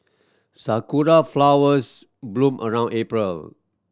sakura flowers bloom around April